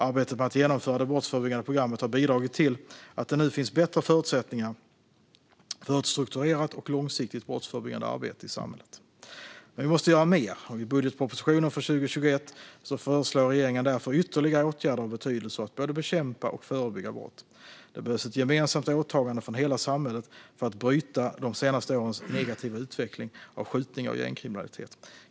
Arbetet med att genomföra det brottsförebyggande programmet har bidragit till att det nu finns bättre förutsättningar för ett strukturerat och långsiktigt brottsförebyggande arbete i samhället. Men vi måste göra mer. I budgetpropositionen för 2021 föreslår regeringen därför ytterligare åtgärder av betydelse för att både bekämpa och förebygga brott. Det behövs ett gemensamt åtagande från hela samhället för att bryta de senaste årens negativa utveckling av skjutningar och gängkriminalitet.